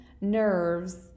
nerves